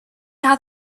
have